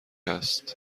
هست